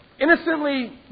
Innocently